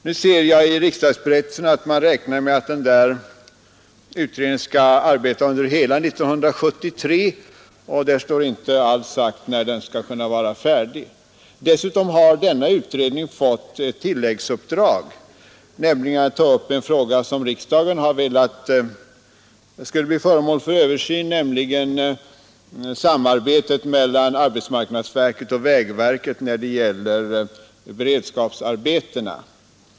Nu ser jag i riksdagsberättelsen att man räknar med att arbetsgruppen skall arbeta under hela 1973, och där sägs inte alls när den skall kunna vara färdig. Dessutom har arbetsgruppen fått tilläggsuppdraget att ta upp en fråga som riksdagen har velat skulle bli föremål för översyn, nämligen samarbetet mellan arbetsmarknadsverket och vägverket när det gäller beredskapsarbetena.